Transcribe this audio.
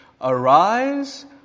Arise